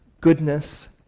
goodness